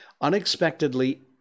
unexpectedly